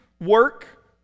work